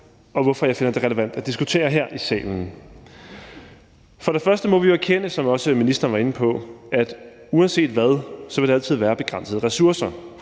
og hvorfor jeg finder det relevant at diskutere det her i salen. Først må vi jo erkende, som ministeren også var inde på, at uanset hvad vil der altid være begrænsede ressourcer.